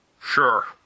Sure